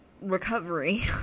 recovery